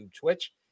Twitch